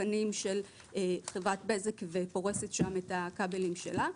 מתקנים של חברת בזק ופורסת שם את הכבלים שלה.